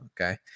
Okay